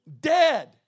dead